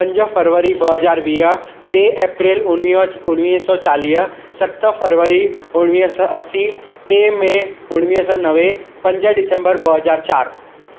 पंज फरवरी ॿ हज़ार वीह टे अप्रिल उणिवीयो उणिवीह सौ चालीह सत फरवरी उणिवीह सौ असी टे मे उणिवीह सौ नवे पंज डिसेंबर ॿ हज़ार चार